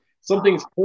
something's